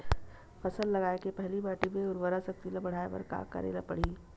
फसल लगाय के पहिली माटी के उरवरा शक्ति ल बढ़ाय बर का करेला पढ़ही?